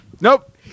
Nope